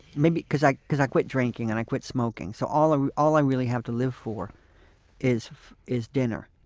maybe because i because i quit drinking and i quit smoking, so all ah all i really have to live for is is dinner